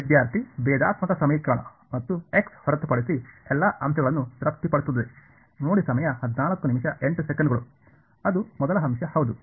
ವಿದ್ಯಾರ್ಥಿ ಭೇದಾತ್ಮಕ ಸಮೀಕರಣ ಮತ್ತು x ಹೊರತುಪಡಿಸಿ ಎಲ್ಲಾ ಅಂಶಗಳನ್ನು ತೃಪ್ತಿಪಡಿಸುತ್ತದೆ ಅದು ಮೊದಲ ಅಂಶ ಹೌದು